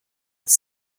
with